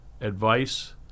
advice